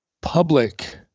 public